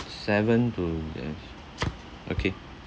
seven to thir~ okay